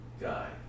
guy